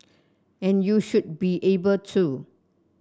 and you should be able to